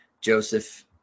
Joseph